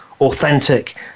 authentic